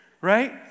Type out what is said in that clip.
right